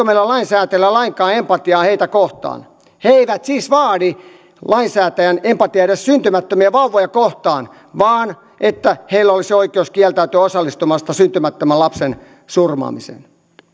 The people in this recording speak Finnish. meillä lainsäätäjillä lainkaan empatiaa heitä kohtaan he he eivät siis vaadi lainsäätäjän empatiaa edes syntymättömiä vauvoja kohtaan vaan että heillä olisi oikeus kieltäytyä osallistumasta syntymättömän lapsen surmaamiseen